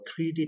3D